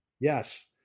Yes